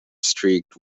streaked